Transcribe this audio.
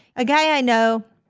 a guy i know